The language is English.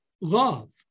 love